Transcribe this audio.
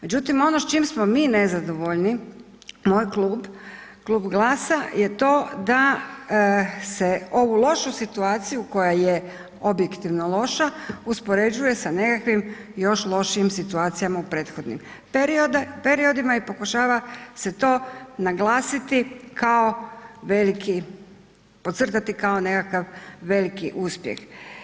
Međutim, ono s čim smo mi nezadovoljni, moj klub, Klub GLAS-a je to da se ovu lošu situaciju koja je objektivno loša, uspoređuje sa nekakvim još lošijim situacijama u prethodnim periodima i pokušava se to naglasiti kao veliki, podcrtati kao nekakav veliki uspjeh.